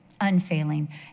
unfailing